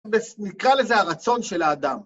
נקרא לזה הרצון של האדם